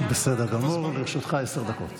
בסדר גמור, לרשותך עשר דקות.